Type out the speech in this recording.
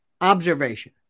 observation